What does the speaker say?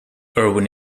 erwin